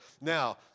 Now